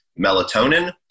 melatonin